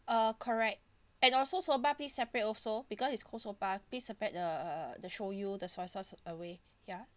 uh correct and also soba please separate also because it's cold soba please separate the the shoyu the soya sauce away ya